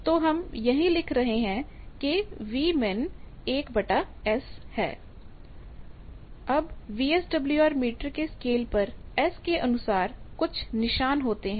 तो हम यही लिख रहे हैं कि Vmin1S अब वीएसडब्ल्यूआर मीटर के स्केल पर S के अनुसार कुछ निशान होते हैं